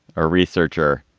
a researcher.